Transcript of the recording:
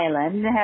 island